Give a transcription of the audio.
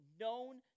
known